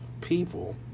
people